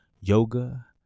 yoga